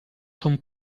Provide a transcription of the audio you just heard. són